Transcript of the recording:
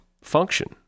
function